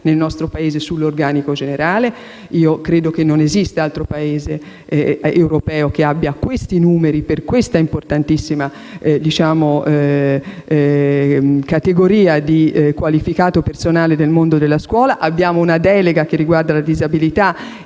nel nostro Paese) e credo che non esista altro Paese europeo che abbia questi numeri per questa importantissima categoria di personale qualificato del mondo della scuola. Abbiamo una delega che riguarda la disabilità